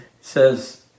says